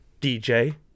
DJ